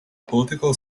political